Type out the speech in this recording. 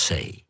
Say